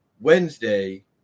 Wednesday